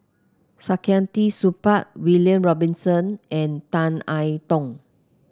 Saktiandi Supaat William Robinson and Tan I Tong